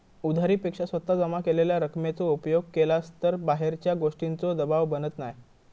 उधारी पेक्षा स्वतः जमा केलेल्या रकमेचो उपयोग केलास तर बाहेरच्या गोष्टींचों दबाव बनत नाय